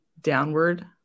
downward